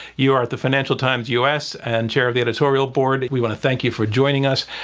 you are at the financial times u. s. and chair of the editorial board we want to thank you for joining us.